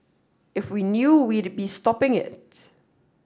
if we knew we'd be stopping it